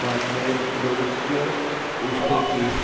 تو آپ نے اس پروڈکٹ میں مسٹیک کی